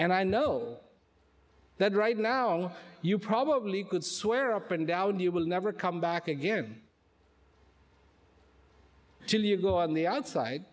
and i know that right now you probably could swear up and down you will never come back again till you go on the outside